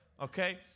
okay